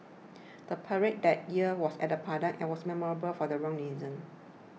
the parade that year was at the Padang and was memorable for the wrong reasons